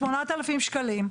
שמונת אלפים שקלים,